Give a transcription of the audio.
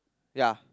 ya